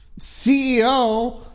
CEO